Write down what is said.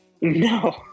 no